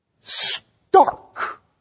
...stark